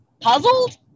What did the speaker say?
puzzled